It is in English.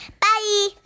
Bye